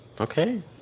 Okay